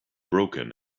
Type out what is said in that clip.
broken